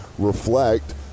Reflect